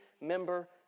member